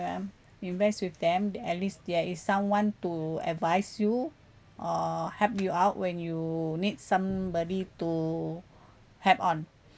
invest with them at least there is someone to advise you uh help you out when you need somebody to help on